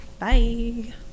Bye